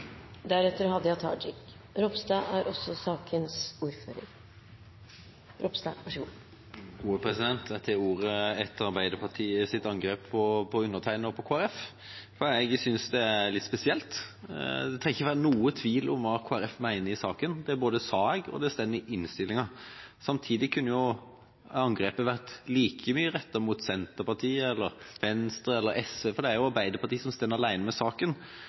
Jeg tar ordet etter Arbeiderpartiets angrep på undertegnede og på Kristelig Folkeparti, for jeg synes det er litt spesielt. Det trenger ikke å være noen tvil om hva Kristelig Folkeparti mener i saken, det både sa jeg og det står i innstillinga. Samtidig kunne angrepet like mye vært rettet mot Senterpartiet, Venstre eller SV, for Arbeiderpartiet står alene om forslaget. Sånn jeg ser det, framstår forslaget vel så mye som